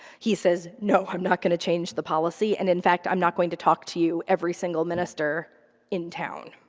he says no, i'm not going to change the policy, and in fact, i'm not going to talk to you, every single minister in town.